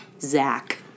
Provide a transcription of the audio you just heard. Zach